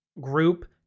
group